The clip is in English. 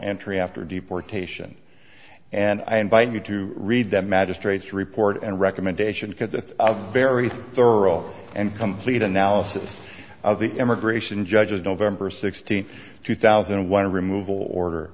entry after deportation and i invite you to read the magistrate's report and recommendation because it's a very thorough and complete analysis of the immigration judges don't seen two thousand and one removal order